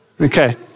Okay